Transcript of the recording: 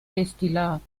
destillat